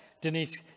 Denise